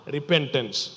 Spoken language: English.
Repentance